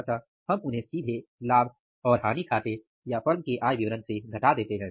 अतः हम उन्हें सीधे लाभ और हानि खाते या फर्म के आय विवरण से घटा देते हैं